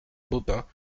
baupin